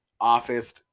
office